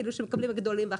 שמקבלים הגדולים והחזקים.